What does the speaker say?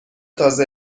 تازه